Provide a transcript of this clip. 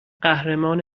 قهرمان